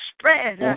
spread